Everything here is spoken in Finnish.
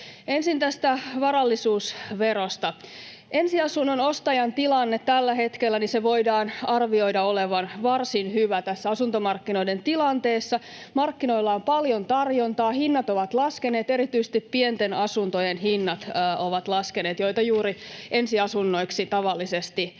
Ensin tästä varainsiirtoverosta: Ensiasunnon ostajan tilanteen tällä hetkellä voidaan arvioida olevan varsin hyvä tässä asuntomarkkinoiden tilanteessa. Markkinoilla on paljon tarjontaa, hinnat ovat laskeneet, ja erityisesti pienten asuntojen hinnat ovat laskeneet, joita juuri ensiasunnoiksi tavallisesti paljon